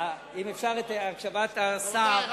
לא רק בערב שבת?